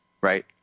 right